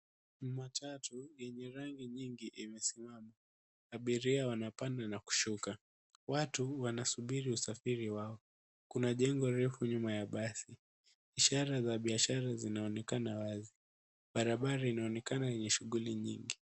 Matatu lenye rangi nyingi imesimama, abiria wanapanda na kushuka watu wanasubiri usafiri wao. Kuna jengo refu nyuma ya basi ishara za kibiashara zinaonekana wazi. Barabara inaonekana yenye shughuli nyingi.